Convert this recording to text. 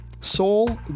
Soul